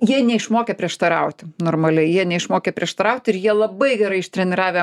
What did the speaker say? jie neišmokę prieštarauti normaliai jie neišmokę prieštarauti ir jie labai gerai ištreniravę